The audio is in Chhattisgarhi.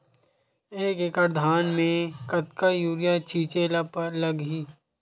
एक एकड़ धान में कतका यूरिया छिंचे ला लगही?